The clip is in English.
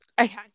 Okay